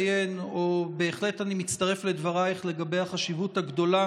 בהחלט אני מצטרף לדברייך לגבי החשיבות הגדולה